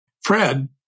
Fred